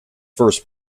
first